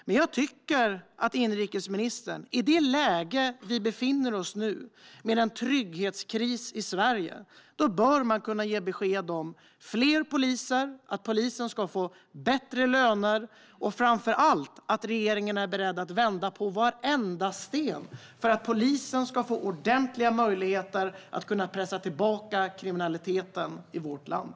Men inrikesministern bör, i det läge vi befinner oss nu, med en trygghetskris i Sverige, kunna ge besked om fler poliser och om att poliser ska få bättre löner. Han bör framför allt kunna ge besked om att regeringen är beredd att vända på varenda sten för att polisen ska få ordentliga möjligheter att pressa tillbaka kriminaliteten i vårt land.